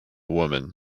woman